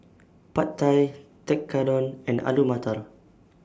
Pad Thai Tekkadon and Alu Matar